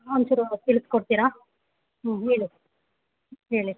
ಒಂದ್ಚೂರು ತಿಳಿಸ್ಕೊಡ್ತೀರಾ ಹ್ಞೂ ಹೇಳಿ ಹೇಳಿ